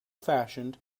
fashioned